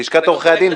לשכת עורכי הדין,